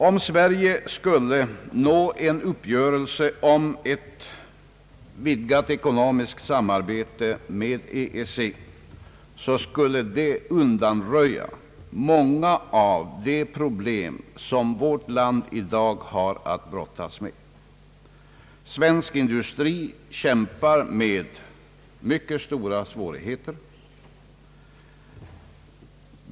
Om Sverige skulle nå en uppgörelse om ett vidgat ekonomiskt samarbete med EEC, skulle det undanröja många av de problem som vårt land i dag har att brottas med. Svensk industri kämpar med mycket stora svårigheter.